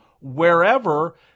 wherever